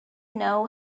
know